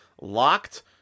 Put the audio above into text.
LOCKED